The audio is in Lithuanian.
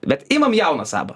bet imam jauną sabą